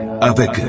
Avec